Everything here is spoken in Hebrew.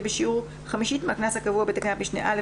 בשיעור חמישית מהקנס הקבוע בתקנת משנה (א),